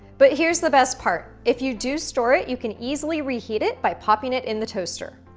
but here's the best part, if you do store it, you can easily reheat it by popping it in the toaster.